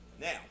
Now